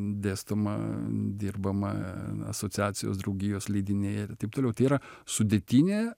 dėstoma dirbama asociacijos draugijos leidiniai ir taip toliau yra sudėtinė